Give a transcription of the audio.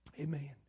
Amen